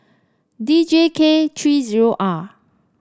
D J K three zero R